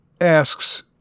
asks